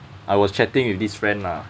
I was chatting with this friend lah